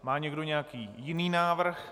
Má někdo nějaký jiný návrh?